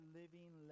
living